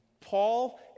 Paul